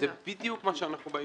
זה בדיוק מה שאנחנו באים לעשות.